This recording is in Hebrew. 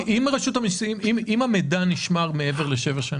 אם המידע נשמר מעבר לשבע שנים?